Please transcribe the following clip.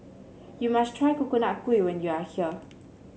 you must try Coconut Kuih when you are here